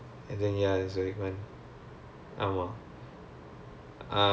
oh twenty first century marketing G_O_P_B_M lah